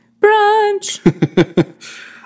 Brunch